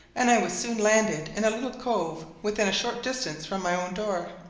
and i was soon landed in a little cove within a short distance from my own door.